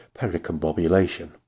pericombobulation